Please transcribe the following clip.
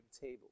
table